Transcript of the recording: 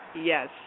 Yes